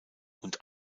und